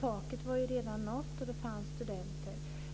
Taket var redan nått, och det fanns studenter.